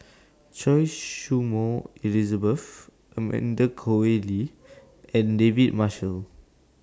Choy Su Moi Elizabeth Amanda Koe Lee and David Marshall